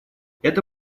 это